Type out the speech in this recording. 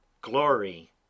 glory